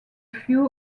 few